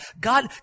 God